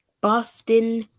Boston